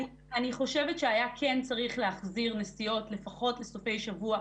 אני חושבת שהיה כן צריך להחזיר נסיעות לפחות לסופי שבוע,